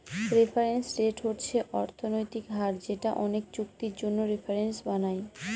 reference rate হচ্ছে অর্থনৈতিক হার যেটা অনেকে চুক্তির জন্য রেফারেন্স বানায়